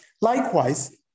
Likewise